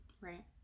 Right